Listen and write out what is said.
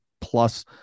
plus